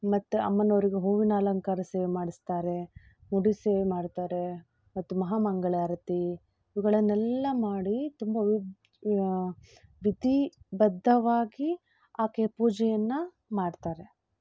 ಮತ್ತು ಅಮ್ಮನವರಿಗೂ ಹೂವಿನ ಅಲಂಕಾರ ಸೇವೆ ಮಾಡಿಸ್ತಾರೆ ಮುಡಿ ಸೇವೆ ಮಾಡ್ತಾರೆ ಮತ್ತು ಮಹಾಮಾರಿ ಇವುಗಳನ್ನೆಲ್ಲ ಮಾಡಿ ತುಂಬ ವಿಧಿಬದ್ಧವಾಗಿ ಆಕೆ ಪೂಜೆಯನ್ನು ಮಾಡ್ತಾರೆ